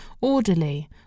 orderly